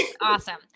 awesome